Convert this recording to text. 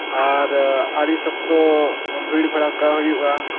ᱟᱨ ᱟᱹᱰᱤ ᱥᱚᱠᱛᱚ ᱵᱷᱤᱲᱼᱵᱷᱟᱲᱠᱟ ᱦᱩᱭᱩᱜᱼᱟ